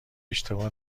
اشتباه